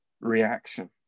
reaction